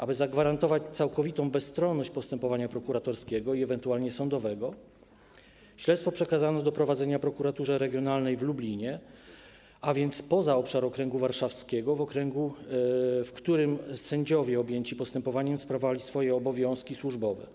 Aby zagwarantować całkowitą bezstronność postępowania prokuratorskiego i ewentualnie sądowego śledztwo przekazano do prowadzenia Prokuraturze Regionalnej w Lublinie, a więc poza obszar okręgu warszawskiego, okręgu, w którym sędziowie objęci postępowaniem sprawowali swoje obowiązki służbowe.